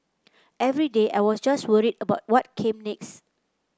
every day I was just worried about what came next